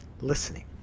listening